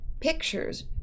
pictures